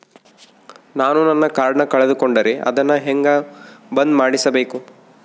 ನಾನು ನನ್ನ ಕಾರ್ಡನ್ನ ಕಳೆದುಕೊಂಡರೆ ಅದನ್ನ ಹೆಂಗ ಬಂದ್ ಮಾಡಿಸಬೇಕು?